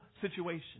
situation